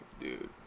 dude